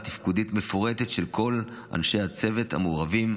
תפקודית מפורטת של כל אנשי הצוות המעורבים: